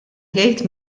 jgħid